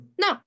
no